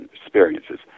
experiences